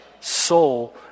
soul